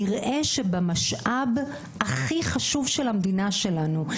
נראה שבמשאב הכי חשוב של המדינה שלנו,